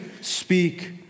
speak